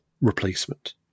replacement